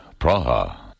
Praha